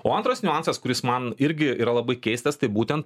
o antras niuansas kuris man irgi yra labai keistas tai būtent